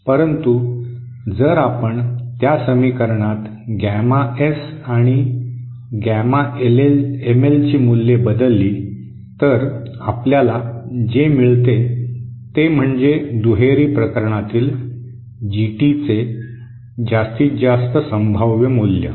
परंतु जर आपण त्या समीकरणात गॅमा एस आणि गॅमा एमएलची मूल्ये बदलली तर आपल्याला जे मिळते ते म्हणजे दुहेरी प्रकरणातील जीटीचे जास्तीत जास्त संभाव्य मूल्य